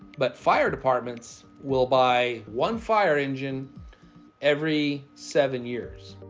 but fire departments will buy one fire engine every seven years.